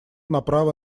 направо